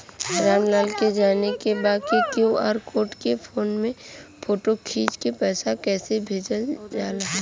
राम लाल के जाने के बा की क्यू.आर कोड के फोन में फोटो खींच के पैसा कैसे भेजे जाला?